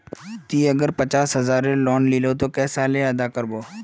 ती अगर पचास हजारेर लोन लिलो ते कै साले अदा कर बो?